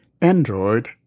Android